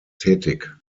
tätig